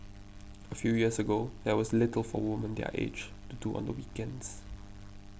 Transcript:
a few years ago there was little for women their age to do on the weekends